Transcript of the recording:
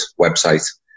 website